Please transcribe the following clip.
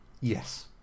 Yes